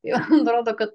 jo atrodo kad